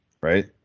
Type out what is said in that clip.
right